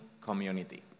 community